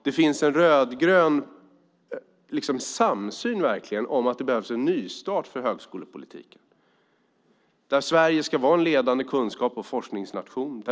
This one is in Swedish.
Det finns en rödgrön samsyn om att det behövs en nystart för högskolepolitiken. Sverige ska vara en ledande forsknings och kunskapsnation.